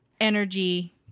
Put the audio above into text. energy